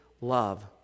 love